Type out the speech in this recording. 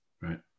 Right